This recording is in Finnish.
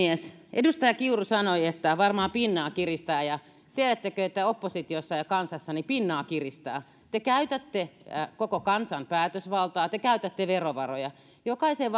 edustaja kiuru sanoi että varmaan pinnaa kiristää ja tiedättekö että oppositiossa ja kansassa pinnaa kiristää te käytätte koko kansan päätösvaltaa te käytätte verovaroja jokaiseen